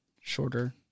shorter